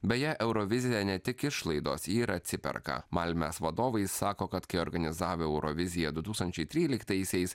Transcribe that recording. beje eurovizija ne tik išlaidos ji ir atsiperka malmės vadovai sako kad kai organizavę euroviziją du tūkstančiai tryliktaisiais